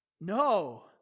No